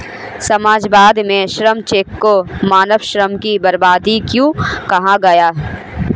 समाजवाद में श्रम चेक को मानव श्रम की बर्बादी क्यों कहा गया?